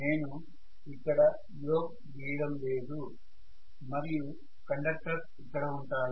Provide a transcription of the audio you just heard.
నేను ఇక్కడ యోక్ని గీయడం లేదు మరియు కండక్టర్స్ ఇక్కడ ఉంటాయి